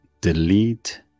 delete